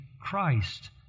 Christ